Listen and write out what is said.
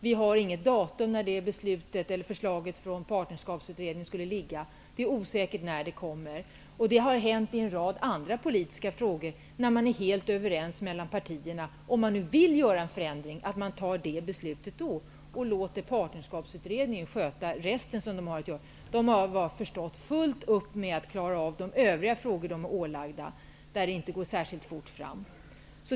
Vi har inget fastlagt datum när förslag från Partnerskapsutredningen skall läggas fram. Det är råder osäkerhet om när förslaget kommer att läggas fram. Det har gjorts i en rad andra politiska frågor, när partierna har varit helt överens. Om man nu vill göra en förändring kan man fatta beslutet och låta Partnerskapskommittén sköta resten. Där har man fullt upp med att klara av de övriga frågor som man är ålagd att göra, men det går inte särskilt fort fram.